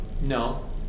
No